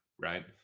right